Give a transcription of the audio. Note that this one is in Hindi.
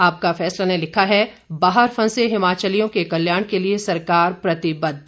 आपका फैसला ने लिखा है बाहर फंसे हिमाचलियों के कल्याण के लिये सरकार प्रतिबद्ध